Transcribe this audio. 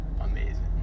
amazing